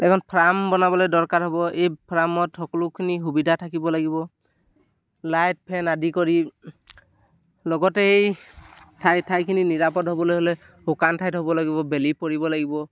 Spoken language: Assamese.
এখন ফ্ৰাম বনাবলৈ দৰকাৰ হ'ব এই ফ্ৰামত সকলোখিনি সুবিধা থাকিব লাগিব লাইট ফেন আদি কৰি লগতে এই ঠাই ঠাইখিনি নিৰাপদ হ'বলৈ হ'লে শুকান ঠাইত হ'ব লাগিব বেলি পৰিব লাগিব